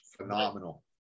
phenomenal